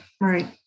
right